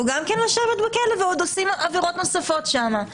גם כן להישאר עוד בכלא ועוד עושים עבירות נוספות שם.